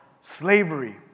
slavery